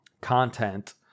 content